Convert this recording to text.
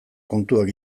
kontuak